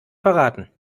verraten